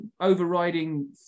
overriding